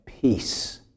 Peace